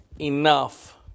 enough